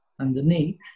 underneath